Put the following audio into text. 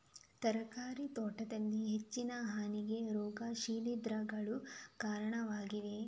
ತರಕಾರಿ ತೋಟದಲ್ಲಿ ಹೆಚ್ಚಿನ ಹಾನಿಗೆ ರೋಗ ಶಿಲೀಂಧ್ರಗಳು ಕಾರಣವಾಗಿವೆ